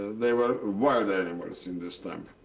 they were wild animals in this time.